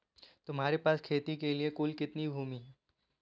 तुम्हारे पास खेती के लिए कुल कितनी भूमि है?